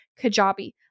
Kajabi